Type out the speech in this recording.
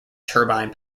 turbine